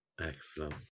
Excellent